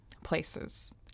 Places